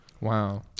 Wow